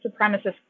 supremacist